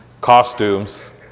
costumes